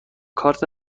کارت